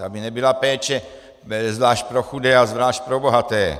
Aby nebyla péče zvlášť pro chudé a zvlášť pro bohaté.